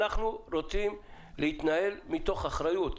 אנחנו רוצים להתנהל מתוך אחריות,